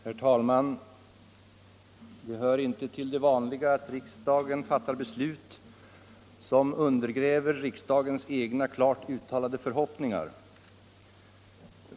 Herr talman! Det hör inte till det vanliga att riksdagen fattar beslut som undergräver dess egna klart uttalade förhoppningar.